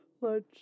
Lunch